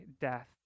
death